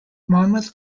monmouth